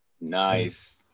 Nice